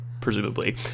presumably